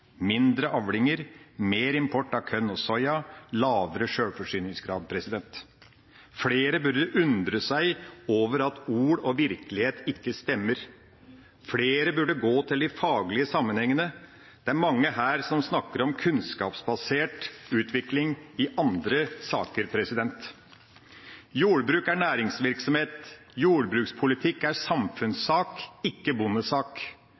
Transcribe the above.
mindre avlinger, mer import av korn og soya og lavere sjølforsyningsgrad. Flere burde undre seg over at ord og virkelighet ikke stemmer. Flere burde gå til de faglige sammenhengene. Det er mange her som snakker om kunnskapsbasert utvikling i andre saker. Jordbruk er næringsvirksomhet. Jordbrukspolitikk er samfunnssak, ikke bondesak.